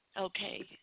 Okay